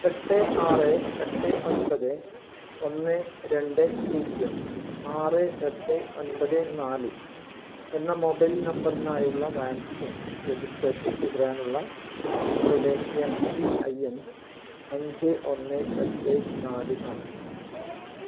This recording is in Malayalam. എട്ട് ആറ് എട്ട് ഒൻപത് ഒന്ന് രണ്ട് പൂജ്യം ആറ് എട്ട് ഒൻപത് നാല് എന്ന മൊബൈൽ നമ്പറിനായുള്ള വാക്സിൻ രജിസ്ട്രേഷൻ തുടരാനുള്ള നിങ്ങളുടെ എം പി ഐ എൻ അഞ്ച് ഒന്ന് എട്ട് നാല് ആണ്